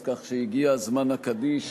אז ככה שהגיע זמן הקדיש